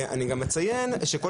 אני גם אציין שכל